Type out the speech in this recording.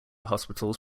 hospitals